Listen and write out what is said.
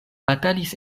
batalis